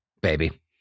Baby